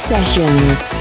Sessions